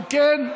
אם כן,